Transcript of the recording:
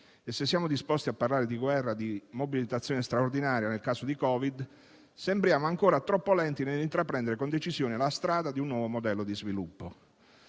E, se siamo disposti a parlare di guerra e di mobilitazione straordinaria nel caso di Covid, sembriamo ancora troppo lenti nell'intraprendere con decisione la strada di un nuovo modello di sviluppo.